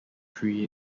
cree